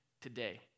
today